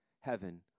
heaven